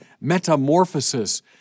metamorphosis